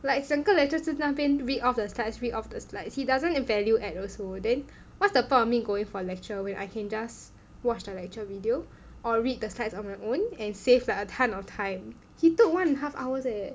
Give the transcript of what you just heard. like 整个就在那边 read off the slides read off the slides he doesn't value add also then what's the point of me going for lecture when I can just watch the lecture video or read the slides on my own and save like a ton of time he took one and a half hours leh